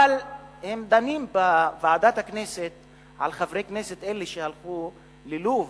אבל הם דנים בוועדת הכנסת על חברי הכנסת האלה שהלכו ללוב,